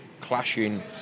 clashing